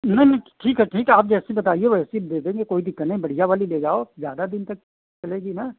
नहीं नहीं ठीक है ठीक है आप जैसी बताइए वैसी दे देंगे कोई दिक़्क़त नहीं बढ़िया वाली ले जाओ आप ज़्यादा दिन तक चलेगी ना